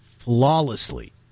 flawlessly